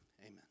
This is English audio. amen